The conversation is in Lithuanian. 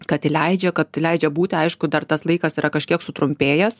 kad įleidžia kad leidžia būti aišku dar tas laikas yra kažkiek sutrumpėjęs